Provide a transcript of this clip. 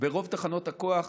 ברוב תחנות הכוח